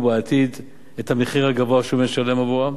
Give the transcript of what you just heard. בעתיד את המחיר הגבוה שהוא משלם עבורם